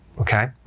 Okay